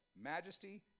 majesty